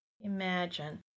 Imagine